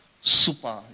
super